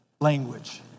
language